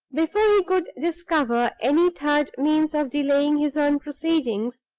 before he could discover any third means of delaying his own proceedings,